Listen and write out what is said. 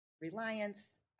reliance